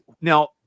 Now